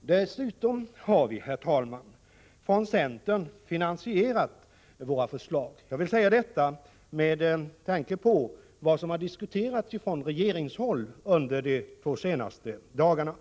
Dessutom, herr talman, har vi från centerns sida finansierat våra förslag. Jag säger detta med tanke på vad som har diskuterats från regeringshåll under de två senaste dagarna.